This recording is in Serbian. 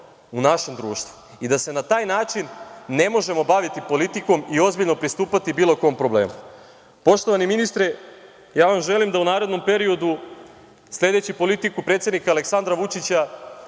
u našem društvu i da se na taj način ne možemo baviti politikom i ozbiljno pristupati bilo kom problemu. Poštovani ministre, ja vam želim da u narednom periodu sledeći politiku predsednika Aleksandra Vučića